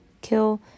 kill